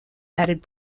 added